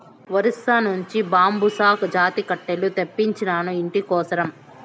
ఒరిస్సా నుంచి బాంబుసా జాతి కట్టెలు తెప్పించినాను, ఇంటి కోసరం